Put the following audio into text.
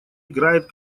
играет